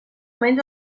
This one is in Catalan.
menys